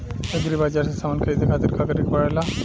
Agri बाज़ार से समान ख़रीदे खातिर का करे के पड़ेला?